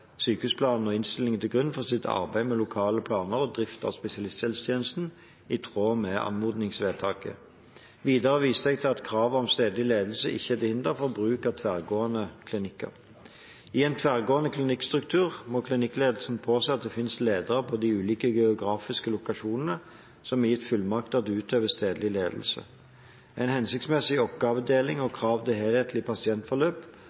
sykehusplanen og innstillingen til grunn for sitt arbeid med lokale planer og drift av spesialisthelsetjenesten, i tråd med anmodningsvedtaket. Videre viste jeg til at kravet om stedlig ledelse ikke er til hinder for bruk av tverrgående klinikker. I en tverrgående klinikkstruktur må klinikklederen påse at det finnes ledere på de ulike geografiske lokasjonene som er gitt fullmakter til å utøve stedlig ledelse. En hensiktsmessig oppgavedeling og krav til helhetlige pasientforløp